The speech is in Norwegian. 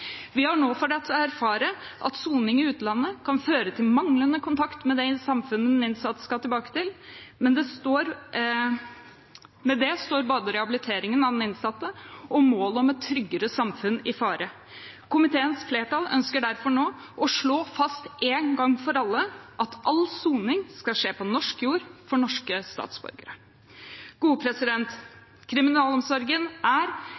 Vi har nå fått erfare at soning i utlandet kan føre til manglende kontakt med det samfunnet den innsatte skal tilbake til. Med det står både rehabiliteringen av den innsatte og målet om et tryggere samfunn i fare. Komiteens flertall ønsker derfor nå å slå fast en gang for alle at all soning skal skje på norsk jord for norske statsborgere. Kriminalomsorgen er